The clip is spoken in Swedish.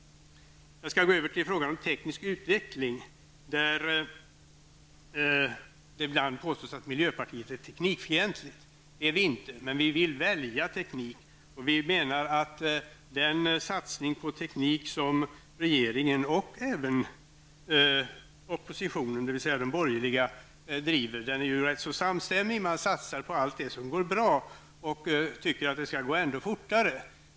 Jag skall gå över till frågan om teknisk utveckling. Det påstås ibland att miljöpartiet är teknikfientligt. Så är det inte, men vi vill välja teknik. Vi menar att regeringens och de borgerligas satsning på teknik är rätt samstämmig. Man satsar på allt som går bra och tycker att det skall gå ändå fortare.